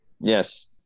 Yes